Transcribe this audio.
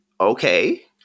okay